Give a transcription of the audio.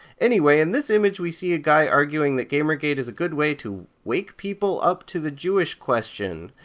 anyway, in this image we see a guy arguing that gamergate is a good way to wake people up to the jewish question.